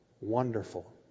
Wonderful